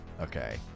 okay